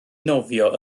nofio